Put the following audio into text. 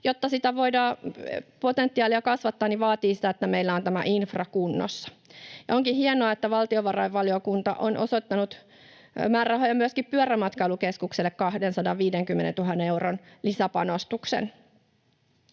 sitä potentiaalia voidaan kasvattaa, se vaatii sitä, että meillä on tämä infra kunnossa. Onkin hienoa, että valtiovarainvaliokunta on osoittanut määrärahoja myöskin Pyörämatkailukeskukselle 250 000 euron lisäpanostukseen.